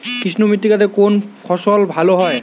কৃষ্ণ মৃত্তিকা তে কোন ফসল ভালো হয়?